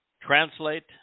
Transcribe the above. translate